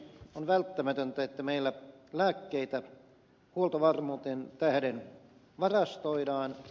on välttämätöntä että meillä lääkkeitä huoltovarmuuden tähden varastoidaan